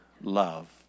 love